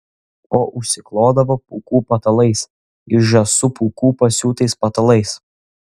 o užsiklodavo pūkų patalais iš žąsų pūkų pasiūtais patalais